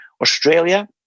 Australia